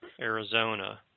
Arizona